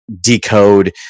decode